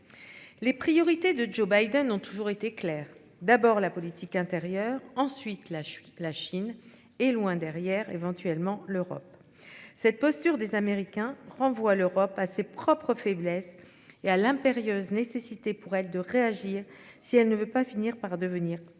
Les priorités de Joe Biden ont toujours été claires, d'abord la politique intérieure, ensuite la chute. La Chine est loin derrière éventuellement l'Europe cette posture des Américains renvoie l'Europe à ses propres faiblesses et à l'impérieuse nécessité pour elle de réagir si elle ne veut pas finir par devenir invisible